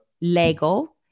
Lego